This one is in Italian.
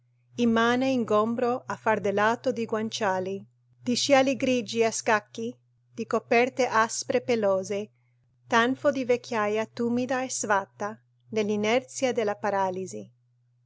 immane ingombro affardellato di guanciali di scialli grigi a scacchi di coperte aspre pelose tanfo di vecchiaja tumida e sfatta nell'inerzia della paralisi